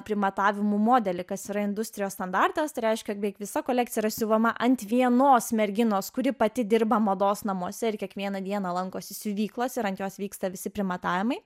primatavimų modelį kas yra industrijos standartas reiškia beveik visa kolekcija siuvama ant vienos merginos kuri pati dirba mados namuose ir kiekvieną dieną lankosi siuvyklos ir ant jos vyksta visi primatavimai